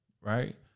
right